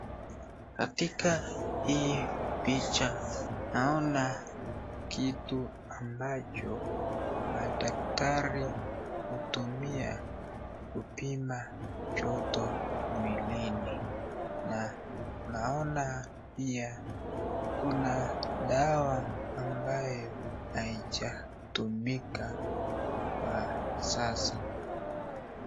Katika ii picha naona kitu ambacho madaktari hutumia kupima joto mwilini, na naona pia kuna dawa ambayo haijatumika kwa sasa.